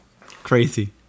crazy